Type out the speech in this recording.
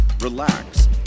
relax